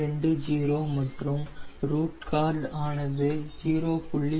220 மற்றும் root card ஆனது 0